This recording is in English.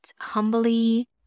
humbly